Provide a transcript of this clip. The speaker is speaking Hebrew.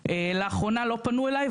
לאחרונה לא פנו אליי,